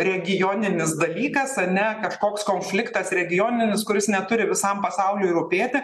regioninis dalykas ane kažkoks konfliktas regioninis kuris neturi visam pasauliui rūpėti